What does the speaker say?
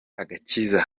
agakiza